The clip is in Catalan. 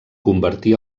convertí